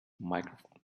microphone